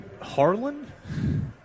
Harlan